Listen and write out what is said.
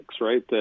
right